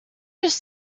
just